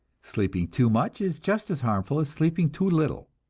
sleeping too much is just as harmful as sleeping too little.